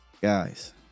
Guys